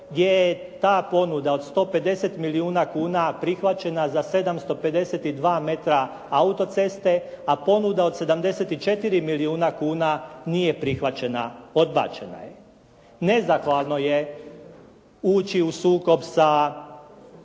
je ta ponuda od 150 milijuna kuna prihvaćena za 752 metra autoceste, a ponuda od 74 milijuna kuna nije prihvaćena, odbačena je. Nezahvalno je ući u sukob sa